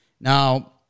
Now